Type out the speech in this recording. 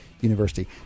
University